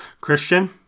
Christian